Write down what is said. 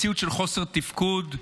מציאות של חוסר תפקוד,